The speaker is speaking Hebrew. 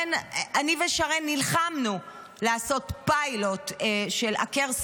אני ושרן נלחמנו לעשות פיילוט של עקר,